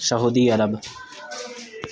Saudi Arab